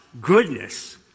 goodness